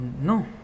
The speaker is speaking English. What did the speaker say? No